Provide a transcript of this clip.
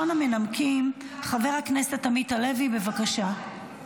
המנמקים, חבר הכנסת עמית הלוי, בבקשה.